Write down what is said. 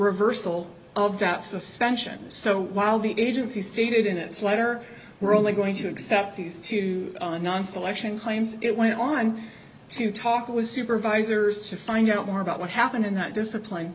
reversal of doubt suspension so while the agency stated in its letter we're only going to accept these two non selection claims it went on to talk it was supervisors to find out more about what happened in that discipline